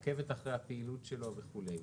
עוקבת אחרי הפעילות שלו וכולי.